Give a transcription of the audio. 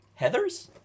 Heathers